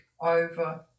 over